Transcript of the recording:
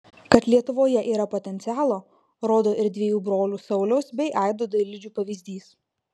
kad lietuvoje yra potencialo rodo ir dviejų brolių sauliaus bei aido dailidžių pavyzdys